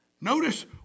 Notice